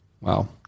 Wow